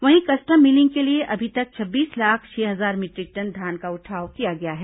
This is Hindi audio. वहीं कस्टम मिलिंग के लिए अभी तक छब्बीस लाख छह हजार मीटरिक टन धान का उठाव किया गया है